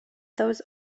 those